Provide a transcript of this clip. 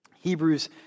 Hebrews